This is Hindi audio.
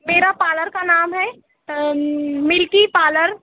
मेरा पालर का नाम है मिल्की पालर